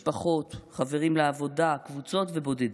משפחות, חברים לעבודה, משפחות ובודדים.